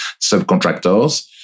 subcontractors